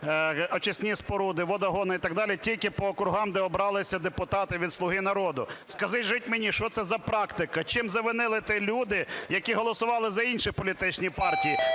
очисні споруди, водогони і так далі тільки по округам, де обралися депутати від "Слуга народу". Скажіть мені, що це за практика? Чим завинили ті люди, які голосували за інші політичні партії?